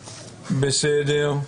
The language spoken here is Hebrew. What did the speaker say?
בסדר,